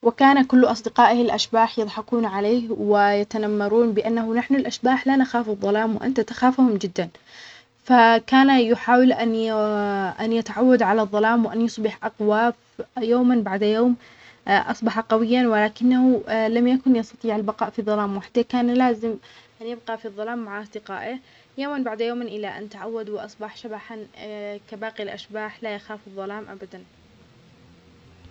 وكان كل أصدقائه الأشباح يضحكون عليه ويتنمرون بأنه نحن الأشباح لا نخاف الظلام و أنت تخافهم جدًا، فكان يحاول أن ي أن يتعود على الظلام وأن يصبح أقوى يومًا بعد يوم أصبح قويًا، ولكنه لم يكن يستطيع البقاء في الظلام وحده، كان لازم أن يبقى في الظلام مع أصدقائه يومًا بعد يوم إلى أن تعود وأصبح شبحًا كباقي الأشباح لايخاف الظلام أبدًا.